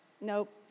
nope